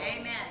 Amen